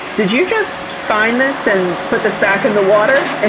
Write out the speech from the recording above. did you just find this and put this back in the water? and